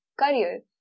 career